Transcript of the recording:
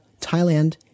Thailand